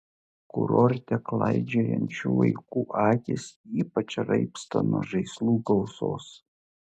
kurorte klaidžiojančių vaikų akys ypač raibsta nuo žaislų gausos